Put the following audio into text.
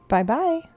Bye-bye